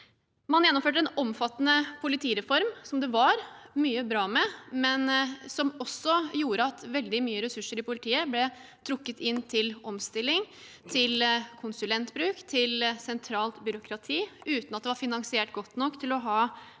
Man gjennomførte en omfattende politireform som det var mye bra med, men som også gjorde at veldig mye ressurser i politiet ble trukket inn til omstilling, til konsulentbruk og til sentralt byråkrati uten at det var finansiert godt nok til å ha nok